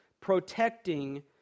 protecting